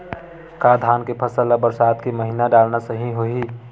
का धान के फसल ल बरसात के महिना डालना सही होही?